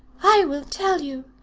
i will tell you.